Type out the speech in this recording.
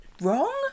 wrong